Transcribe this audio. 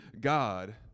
God